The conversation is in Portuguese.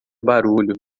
barulho